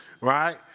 right